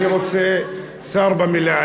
אני רוצה שר במליאה.